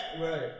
Right